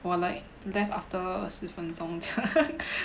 我 like left after 十分钟这样